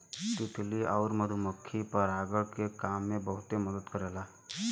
तितली आउर मधुमक्खी परागण के काम में बहुते मदद करला